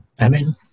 Amen